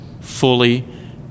fully